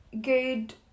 good